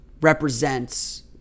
represents